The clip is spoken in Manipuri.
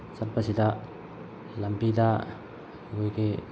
ꯆꯠꯄꯁꯤꯗ ꯂꯝꯕꯤꯗ ꯑꯩꯈꯣꯏꯒꯤ